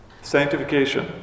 Sanctification